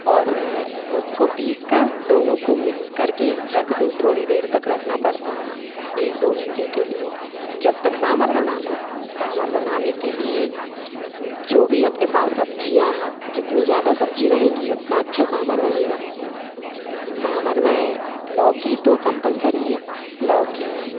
और उसको पीस कर दोनों को मिक्स करके रख दो थोड़ी देर तक रखना पड़ता है एक दो घंटे के लिए जब तक सांभर बना लो सांभर बनाने के लिए जो भी अपने पास सब्ज़ियाँ हैं जितनी ज़्यादा सब्ज़ी रहेगी उतना अच्छा सांभर बनेगा तो सांभर में लौकी तो कम्पलसरी है लौकी